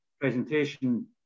presentation